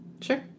Sure